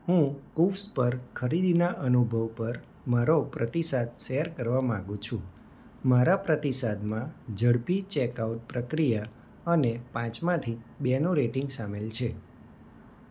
હું કૂવ્સ પર ખરીદીના અનુભવ પર મારો પ્રતિસાદ સૅર કરવા માગુ છું મારા પ્રતિસાદમાં ઝડપી ચેકઆઉટ પ્રક્રિયા અને પાંચમાંથી બેનું રેટિંગ સામેલ છે